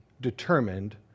determined